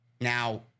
Now